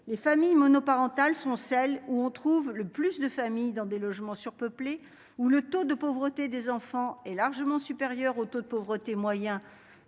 les familles monoparentales sont celles où on trouve le plus de familles dans des logements surpeuplés, où le taux de pauvreté des enfants est largement supérieur au taux de pauvreté moyen